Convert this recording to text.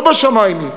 לא בשמים היא.